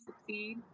succeed